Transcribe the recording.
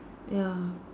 ya